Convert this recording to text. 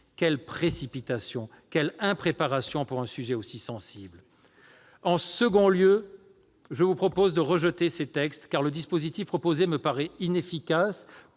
Quelle précipitation ! Quelle impréparation pour un sujet aussi sensible ! C'est vrai ! En second lieu, je vous propose de rejeter ces textes, car le dispositif proposé me paraît inefficace